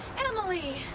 emily!